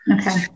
Okay